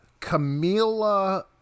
Camila